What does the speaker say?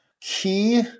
key